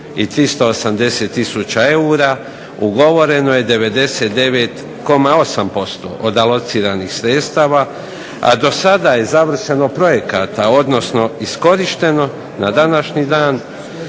380 tisuća eura ugovoreno je 99,8% od alociranih sredstava, a do sada je završeno projekata odnosno iskorišteno na današnji dan